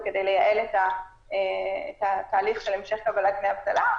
זה כדי לייעל את התהליך של המשך קבלת דמי אבטלה,